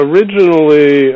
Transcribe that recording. Originally